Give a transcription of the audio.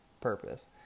purpose